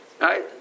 Right